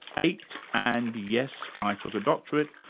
eight. and yes, i took a doctorate,